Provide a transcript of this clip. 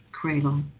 Cradle